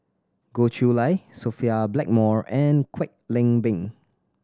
Goh Chiew Lye Sophia Blackmore and Kwek Leng Beng